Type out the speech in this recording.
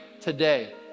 today